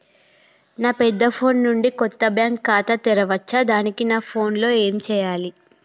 నా పెద్ద ఫోన్ నుండి కొత్త బ్యాంక్ ఖాతా తెరవచ్చా? దానికి నా ఫోన్ లో ఏం చేయాలి?